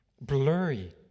blurry